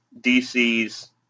DC's